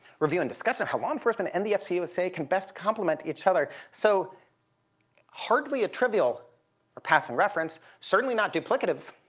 review and discussing how law enforcement and the fc usa can best complement each other. so hardly a trivial or passing reference. certainly not duplicative.